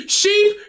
sheep